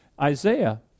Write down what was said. Isaiah